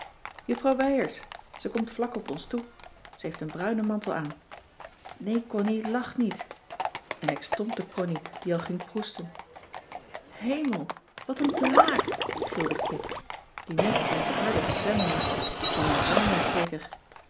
juffrouw wijers ze komt vlak op ons toe ze heeft een bruine mantel aan nee connie lach niet en ik stompte connie die al ging proesten hemel wat een draak gilde kit die net zoo'n harde stem heeft van haar zangles zeker